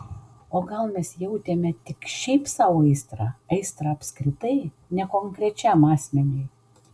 o gal mes jautėme tik šiaip sau aistrą aistrą apskritai ne konkrečiam asmeniui